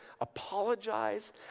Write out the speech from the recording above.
apologize